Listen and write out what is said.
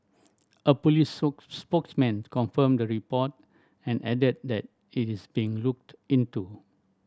a police spokesman confirmed the report and added that it is being looked into